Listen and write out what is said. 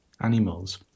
animals